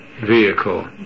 vehicle